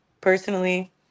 personally